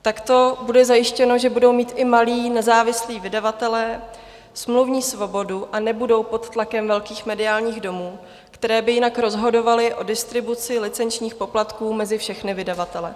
Takto bude zajištěno, že budou mít i malí nezávislí vydavatelé smluvní svobodu a nebudou pod tlakem velkých mediálních domů, které by jinak rozhodovaly o distribuci licenčních poplatků mezi všechny vydavatele.